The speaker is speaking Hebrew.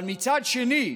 אבל מצד שני,